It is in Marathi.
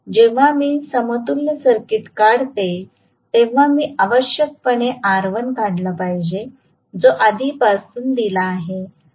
म्हणून जेव्हा मी समतुल्य सर्किट काढतो तेव्हा मी आवश्यकपणे R1 काढला पाहिजे जो आधीपासून दिला आहे